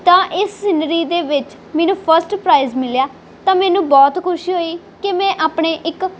ਤਾਂ ਇਸ ਸਿਨਰੀ ਦੇ ਵਿੱਚ ਮੈਨੂੰ ਫਸਟ ਪ੍ਰਾਈਜ ਮਿਲਿਆ ਤਾਂ ਮੈਨੂੰ ਬਹੁਤ ਖੁਸ਼ੀ ਹੋਈ ਕਿ ਮੈਂ ਆਪਣੇ ਇੱਕ